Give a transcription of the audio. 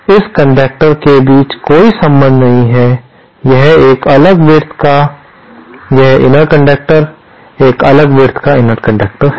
इस कंडक्टर के बीच कोई संबंध नहीं है यह एक अलग विड्थ का यह इनर कंडक्टर एक अलग विड्थ का इनर कंडक्टर है